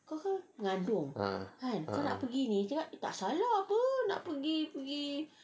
ah